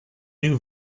new